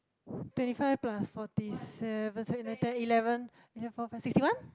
twenty five plus forty seven seven eight nine ten eleven four five six sixty one